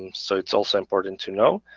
so that's also important to know.